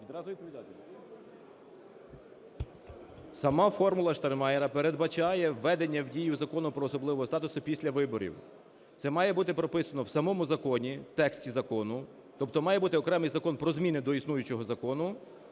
Сама "формула Штайнмайєра" передбачає введення в дію Закону про особливий статус після виборів. Це має бути прописано в самому законі, в тексті закону, тобто має бути окремий закон про зміни до існуючого закону,